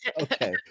Okay